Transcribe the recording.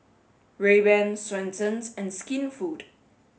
Rayban Swensens and Skinfood